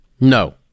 No